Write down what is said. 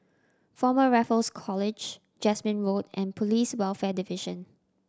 Former Raffles College Jasmine Road and Police Welfare Division